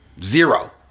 zero